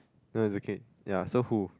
no it's okay ya so who